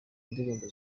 ndirimbo